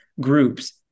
groups